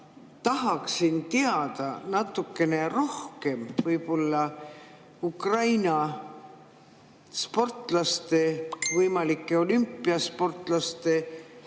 tahaksin teada natukene rohkem Ukraina sportlaste, võimalike olümpiasportlaste